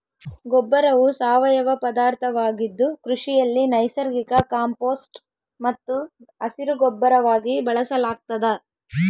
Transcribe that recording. ಗೊಬ್ಬರವು ಸಾವಯವ ಪದಾರ್ಥವಾಗಿದ್ದು ಕೃಷಿಯಲ್ಲಿ ನೈಸರ್ಗಿಕ ಕಾಂಪೋಸ್ಟ್ ಮತ್ತು ಹಸಿರುಗೊಬ್ಬರವಾಗಿ ಬಳಸಲಾಗ್ತದ